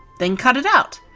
then cut it out.